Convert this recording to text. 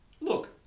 Look